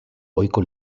ohiko